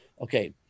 okay